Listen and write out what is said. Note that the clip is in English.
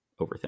overthink